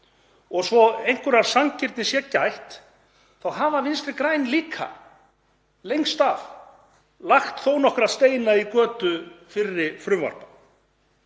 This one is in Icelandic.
Svo einhverrar sanngirni sé gætt þá hafa Vinstri græn líka, lengst af, lagt þó nokkra steina í götu fyrri frumvarpa.